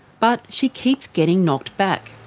but she keeps getting knocked back.